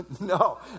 No